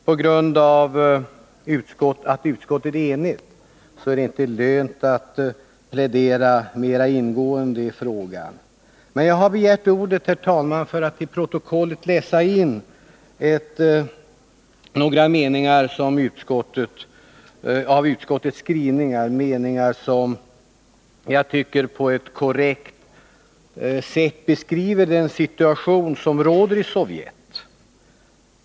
På grund av att utskottet är enigt är det inte lönt att plädera mer ingående i frågan. Jag har emellertid begärt ordet, herr talman, för att till protokollet läsa in några meningar i utskottets skrivning, som jag tycker på ett korrekt sätt beskriver den situation som råder i Sovjet.